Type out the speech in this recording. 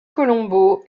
colombo